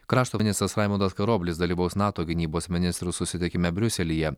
krašto ministras raimundas karoblis dalyvaus nato gynybos ministrų susitikime briuselyje